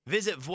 Visit